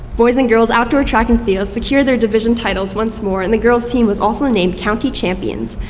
boys and girls outdoor track and field secured their division titles once more, and the girls team was also named county champions.